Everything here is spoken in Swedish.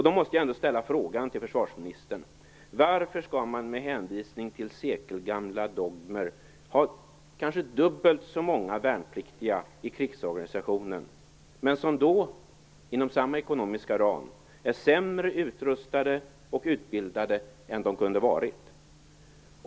Då måste jag fråga försvarsministern: Varför skall man med hänvisning till sekelgamla dogmer ha kanske dubbelt så många värnpliktiga i krigsorganisationen, om de inom samma ekonomiska ram är sämre utrustade och utbildade än de kunde ha varit?